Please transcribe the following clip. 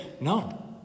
No